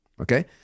Okay